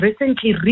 recently